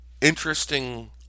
interesting